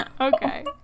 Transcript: okay